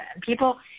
People